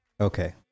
okay